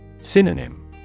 Synonym